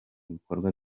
bikorwa